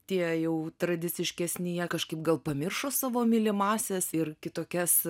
tie jau tradiciškesni jie kažkaip gal pamiršo savo mylimąsias ir kitokias